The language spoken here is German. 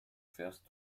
fährst